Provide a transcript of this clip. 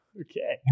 okay